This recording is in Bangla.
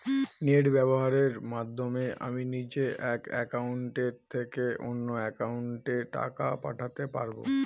নেট ব্যবহারের মাধ্যমে আমি নিজে এক অ্যাকাউন্টের থেকে অন্য অ্যাকাউন্টে টাকা পাঠাতে পারব?